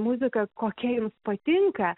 muziką kokia jums patinka